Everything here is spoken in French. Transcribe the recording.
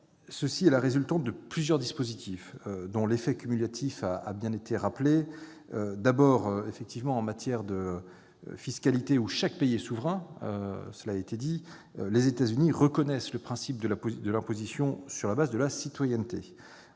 C'est le résultat de plusieurs dispositifs, dont l'effet cumulatif a bien été rappelé. Tout d'abord, en matière de fiscalité, chaque pays est souverain et les États-Unis connaissent le principe de l'imposition sur le fondement de la citoyenneté.